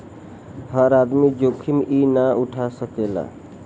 हर आदमी जोखिम ई ना उठा सकेला